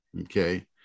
okay